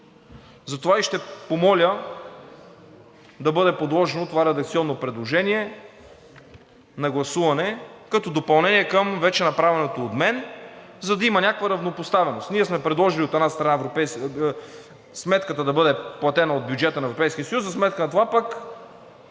Затова и ще помоля да бъде подложено това редакционно предложение на гласуване като допълнение към вече направеното от мен, за да има някаква равнопоставеност. Ние сме предложили, от една страна, сметката да бъде платена от бюджета на Европейския съюз, за сметка на това пък